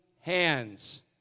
hands